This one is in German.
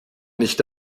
nicht